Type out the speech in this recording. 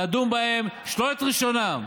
תדון בהן, שלול את רישיונם.